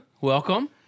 welcome